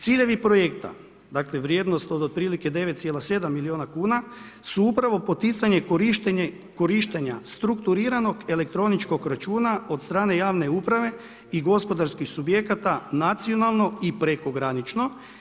Ciljevi projekta, dakle, vrijednost od otprilike 9,7 milijuna kuna, su upravo poticanje korištenja strukturiranog elektroničkog računa, od strane javne uprave i gospodarskih subjekata, nacionalno i prekogranično.